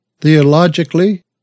Theologically